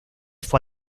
fue